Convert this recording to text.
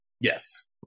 Yes